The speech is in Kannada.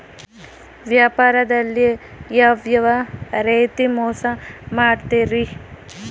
ವ್ಯಾಪಾರದಲ್ಲಿ ಯಾವ್ಯಾವ ರೇತಿ ಮೋಸ ಮಾಡ್ತಾರ್ರಿ?